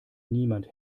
niemand